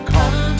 Come